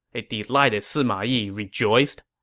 a delighted sima yi rejoiced.